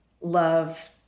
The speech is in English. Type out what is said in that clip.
love